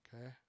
Okay